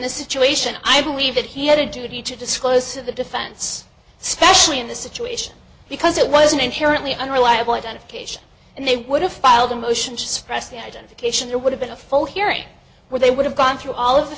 this situation i believe that he had a duty to disclose to the defense specially in this situation because it was an inherently unreliable identification and they would have filed a motion to suppress the identification there would have been a full hearing where they would have gone through all of the